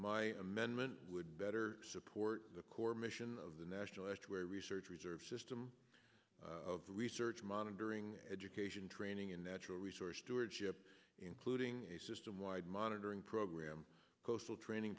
my amendment would better support the core mission of the national estuary research reserve system of research monitoring education training and natural resource stewardship including a system wide monitoring program coastal training